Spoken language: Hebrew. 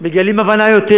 מגלים הבנה יותר,